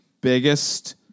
biggest